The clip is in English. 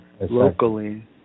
Locally